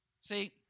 See